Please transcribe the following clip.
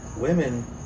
women